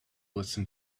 listen